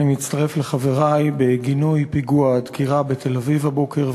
אני מצטרף לחברי בגינוי פיגוע הדקירה בתל-אביב הבוקר,